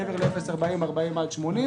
מעבר ל-0 40 קילומטר ו-40 80 קילומטר,